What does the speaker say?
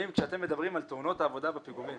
כשאתם מדברים על תאונות העבודה בפיגומים